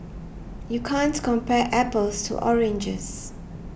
you can't compare apples to oranges